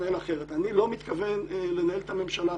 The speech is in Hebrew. תנהל אחרת אני לא מתכוון לנהל את הממשלה,